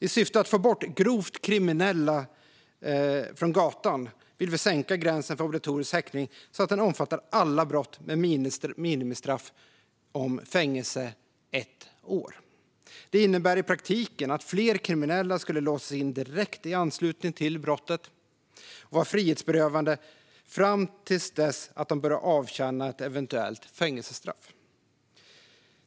I syfte att få bort grovt kriminella från gatan vill vi sänka gränsen för obligatorisk häktning så att den omfattar alla brott med minimistraff om fängelse ett år. Det innebär i praktiken att fler kriminella skulle låsas in i direkt anslutning till brottet och vara frihetsberövade fram till dess att de börjar avtjäna ett eventuellt fängelsestraff.